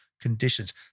conditions